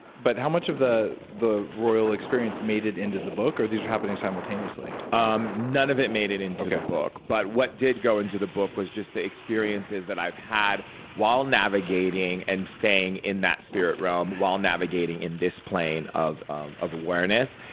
but how much of the the royal experience made it into the book? or these are happening simultaneously? um none of it made it into the book, but what did go into the book was just the experiences that i've had while navigating and staying in that spirit realm while navigating in this plane of um of awareness,